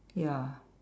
ya